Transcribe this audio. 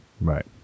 right